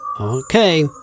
Okay